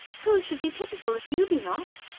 who should be pittifull, if you be not?